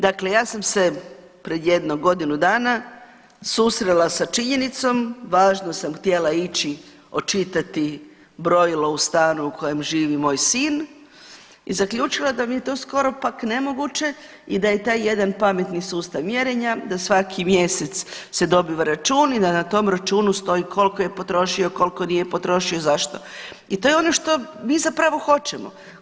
Dakle, ja sam se pred jedno godinu dana susrela sa činjenicom, važno sam htjela ići očitati brojilo u stanu u kojem živi moj sin i zaključila da mi je to skoro pak nemoguće i da je taj jedan pametni sustav mjerenja, da svaki mjesec se dobiva račun i da na tom računu stoji koliko je potrošio, koliko nije potroši i zašto i to je ono što mi zapravo hoćemo.